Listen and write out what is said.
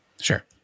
Sure